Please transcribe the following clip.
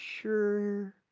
sure